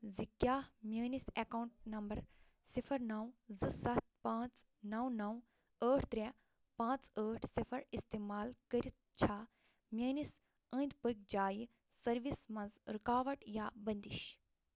ز کیٛاہ میٲنس اکاونٹ نمبر صفر نو زٕ ستھ پانژھ نو نو ٲٹھ ترےٚ پانژھ ٲٹھ صفر استعمال کٔرتھ چھا میٲنس أنٛدۍ پٔکۍ جایہ سروس منٛز رکاوٹ یا بندش